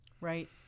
Right